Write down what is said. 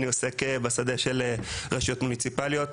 אני עוסק בשדה של רשויות מוניציפליות.